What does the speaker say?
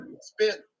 spent